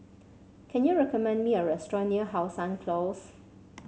can you recommend me a restaurant near How Sun Close